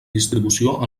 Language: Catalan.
distribució